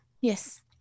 Yes